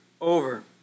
over